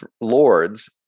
Lords